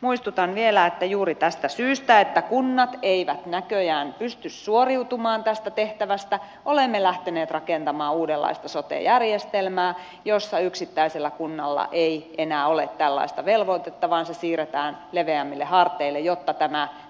muistutan vielä että juuri tästä syystä että kunnat eivät näköjään pysty suoriutumaan tästä tehtävästä olemme lähteneet rakentamaan uudenlaista sote järjestelmää jossa yksittäisellä kunnalla ei enää ole tällaista velvoitetta vaan se siirretään leveämmille harteille jotta